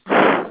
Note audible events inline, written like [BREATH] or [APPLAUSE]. [BREATH]